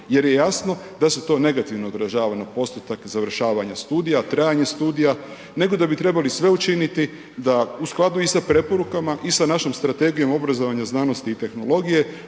jer je jasno da se to negativno odražava na postotak završavanja studija, trajanje studija, nego da bi trebali sve učiniti da u skladu i sa preporukama i sa našom strategijom obrazovanja, znanosti i tehnologije